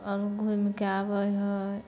अभी घूमिके आबै है